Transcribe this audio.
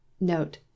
Note